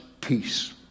peace